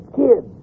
kids